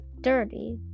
dirty